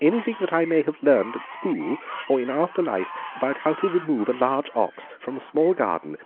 anything that i may have learned at school or in after life about how to remove a large ox from a small garden